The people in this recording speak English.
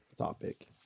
topic